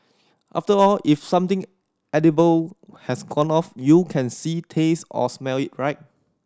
after all if something edible has gone off you can see taste or smell it right